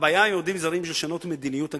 הבעיה עם עובדים זרים היא לשנות את מדיניות ההגירה,